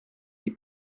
die